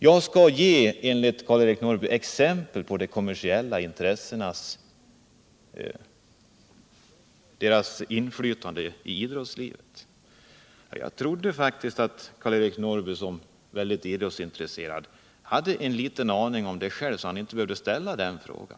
Karl-Eric Norrby bad mig ge exempel på de kommersiella intressenas inflytande på idrottslivet. Jag trodde faktiskt att Karl-Eric Norrby, som är väldigt idrottsintresserad, hade en liten aning om den saken så att han inte behövde be mig om detta.